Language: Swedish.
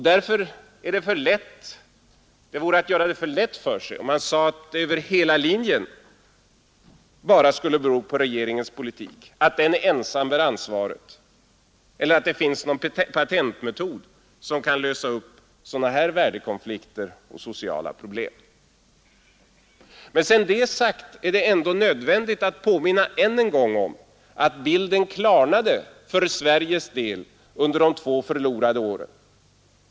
Därför vore det att göra det för lätt för sig om man sade att det över hela linjen bara skulle bero på regeringens politik, att den ensam bär ansvaret eller att det finns någon patentmetod som kan lösa upp sådana här värdekonflikter och sociala problem. Men sedan det har sagts är det ändå nödvändigt att påminna än en gång om att bilden klarnade för Sveriges del under de två förlorade åren.